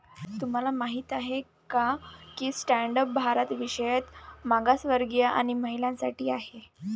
तुम्हाला माहित आहे का की स्टँड अप भारत विशेषतः मागासवर्गीय आणि महिलांसाठी आहे